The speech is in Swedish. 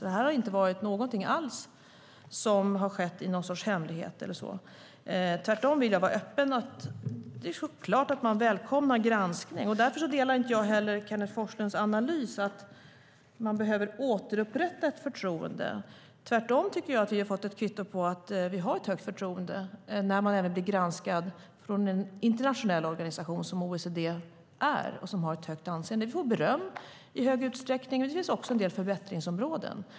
Det här har alltså inte alls skett i hemlighet. Tvärtom vill jag vara öppen, och det är klart att man välkomnar granskning. Därför delar jag inte Kenneth G Forslunds analys att man behöver återupprätta förtroendet. Jag tycker att vi har fått ett kvitto på att vi har högt förtroende när vi även blir granskade av en internationell organisation som OECD som har ett gott anseende. Vi får beröm i stor utsträckning, men det finns också en del förbättringsområden.